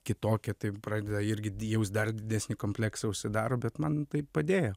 kitokie tai pradeda irgi jaust dar didesnį kompleksą užsidaro bet man tai padėjo